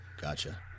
Gotcha